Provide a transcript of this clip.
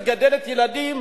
שמגדלת ילדים,